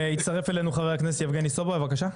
הצטרף אלינו חבר הכנסת יבגני סובה, בבקשה.